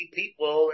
people